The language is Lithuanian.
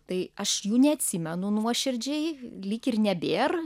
tai aš jų neatsimenu nuoširdžiai lyg ir nebėr